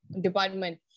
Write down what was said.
department